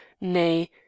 nay